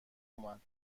اومد